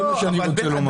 זה מה שאני רוצה לומר.